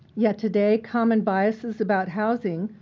yet today, common biases about housing,